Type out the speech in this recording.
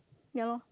ya lor